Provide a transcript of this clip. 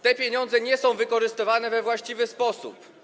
Te pieniądze nie są wykorzystywane we właściwy sposób.